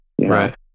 Right